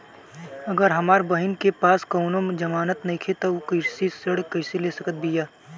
अगर हमार बहिन के पास कउनों जमानत नइखें त उ कृषि ऋण कइसे ले सकत बिया?